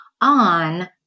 on